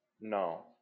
No